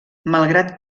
malgrat